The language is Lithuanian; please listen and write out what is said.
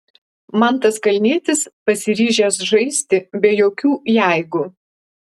mantas kalnietis pasiryžęs žaisti be jokių jeigu